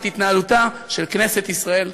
את התנהלותה של כנסת ישראל.